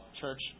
church